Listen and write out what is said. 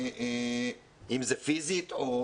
אם זה פיזית או